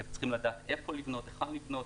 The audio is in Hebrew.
הם צריכים לדעת איפה לבנות, היכן לבנות.